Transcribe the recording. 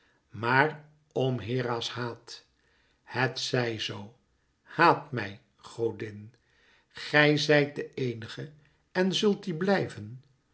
maar om hera's haat het zij zoo haat mij godin gij zijt de eenige en zult die blijven